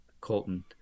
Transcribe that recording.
colton